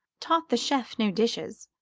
taught the chef new dishes,